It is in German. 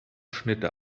schnitte